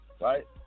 Right